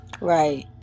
Right